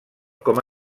com